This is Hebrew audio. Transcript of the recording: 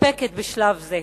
מספקת בשלב זה.